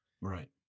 Right